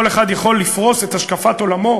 כל אחד יכול לפרוס את השקפת עולמו,